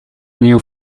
new